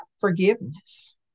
forgiveness